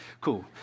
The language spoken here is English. Cool